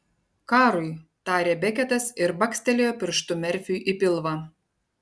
karui tarė beketas ir bakstelėjo pirštu merfiui į pilvą